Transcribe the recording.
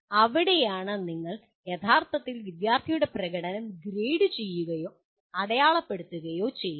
അവിടെയാണ് നിങ്ങൾ യഥാർത്ഥത്തിൽ വിദ്യാർത്ഥിയുടെ പ്രകടനം ഗ്രേഡു ചെയ്യുകയോ അടയാളപ്പെടുത്തുകയോ ചെയ്യുന്നത്